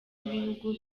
b’ibihugu